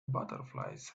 butterflies